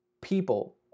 people